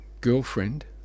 girlfriend